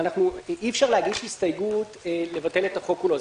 אי אפשר להגיש הסתייגות לבטל את החוק כולו.